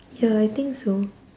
ya I think so